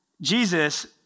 Jesus